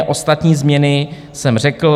Ostatní změny jsem řekl.